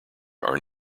are